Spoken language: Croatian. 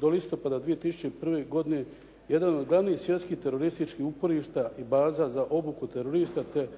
do listopada 2001. godine jedan od glavnih svjetskih terorističkih uporišta i baza za obuku terorista te droga